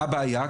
מה הבעיה,